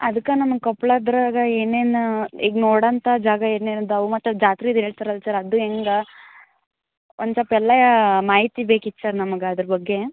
ಅದಕ್ಕೆ ನಮಗೆ ಕೊಪ್ಳದಾಗ ಏನೇನು ಈಗ ನೋಡಂಥ ಜಾಗ ಏನೇನದಾವು ಮತ್ತು ಜಾತ್ರೆದ್ ಹೇಳ್ತಾರಲ್ಲ ಸರ್ ಅದು ಹೆಂಗ ಒಂದು ಸ್ವಲ್ಪ ಎಲ್ಲ ಮಾಹಿತಿ ಬೇಕಿತ್ತು ಸರ್ ನಮಗೆ ಅದ್ರ ಬಗ್ಗೆ